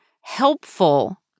helpful